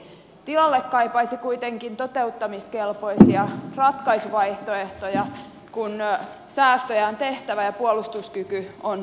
tilalle kaipaisi kuitenkin toteuttamiskelpoisia ratkaisuvaihtoehtoja kun säästöjä on tehtävä ja puolustuskyky on turvattava